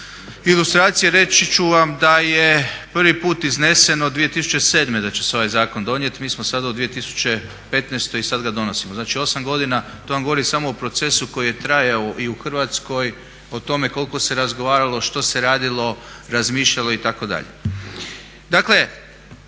Ilustracije reći ću vam da je prvi put izneseno 2007. da će se ovaj zakon donijeti. Mi smo sada u 2015. i sada ga donosimo. Znači 8 godina, to vam govori samo o procesu koji je trajao i u Hrvatskoj o tome koliko se razgovaralo, što se radilo, razmišljalo itd..